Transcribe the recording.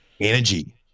energy